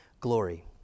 glory